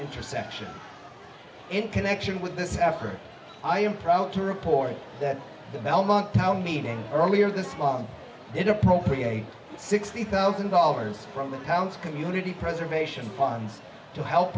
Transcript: intersection in connection with this effort i am proud to report that the belmont town meeting earlier this month it appropriate sixty thousand dollars from the pounds community preservation funds to help